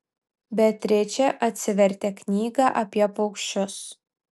beatričė atsivertė knygą apie paukščius